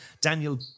Daniel